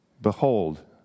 Behold